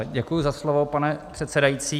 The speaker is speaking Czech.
Děkuji za slovo, pane předsedající.